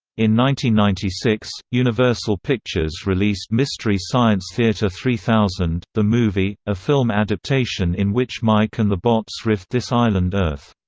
ninety ninety six, universal pictures released mystery science theater three thousand the movie, a film adaptation in which mike and the bots riffed this island earth.